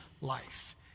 life